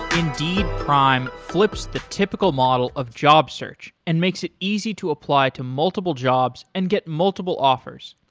indeed prime flips the typical model of job search and makes it easy to apply to multiple jobs and get multiple offers.